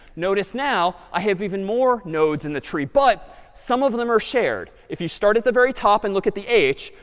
notice now i have even more nodes in the tree. but some of them are shared. if you start at the very top and look at the h,